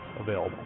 available